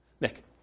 Nick